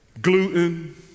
gluten